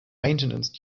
maintenance